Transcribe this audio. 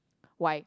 why